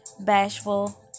bashful